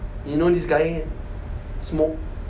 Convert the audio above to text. you know this guy smoke